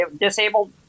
disabled